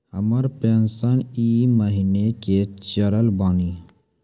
हमर पेंशन ई महीने के चढ़लऽ बानी?